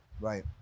Right